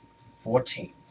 Fourteen